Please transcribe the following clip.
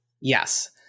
Yes